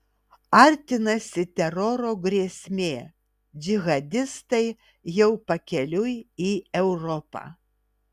artinasi teroro grėsmė džihadistai jau pakeliui į europą